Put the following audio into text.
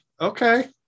okay